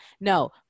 No